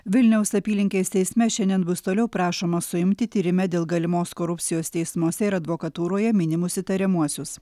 vilniaus apylinkės teisme šiandien bus toliau prašoma suimti tyrime dėl galimos korupcijos teismuose ir advokatūroje minimus įtariamuosius